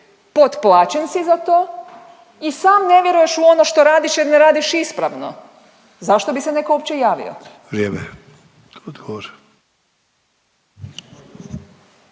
potplaćen si za to i sam ne vjeruješ u ono što radiš jer ne radiš ispravno. Zašto bi se netko uopće javio? **Sanader,